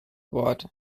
wort